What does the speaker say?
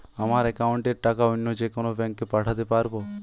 আমার একাউন্টের টাকা অন্য যেকোনো ব্যাঙ্কে পাঠাতে পারব?